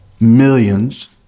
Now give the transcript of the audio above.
millions